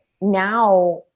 now